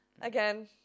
Again